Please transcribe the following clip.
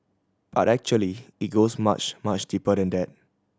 but actually it goes much much deeper than that